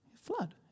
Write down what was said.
Flood